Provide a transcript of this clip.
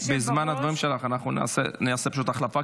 בזמן הדברים שלך אנחנו נעשה החלפה,